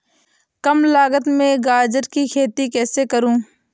कम लागत में गाजर की खेती कैसे करूँ?